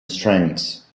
strengths